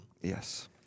Yes